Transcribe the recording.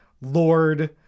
Lord